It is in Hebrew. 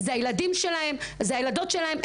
הילדים שלהם והילדות שלהם.